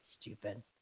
stupid